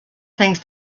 things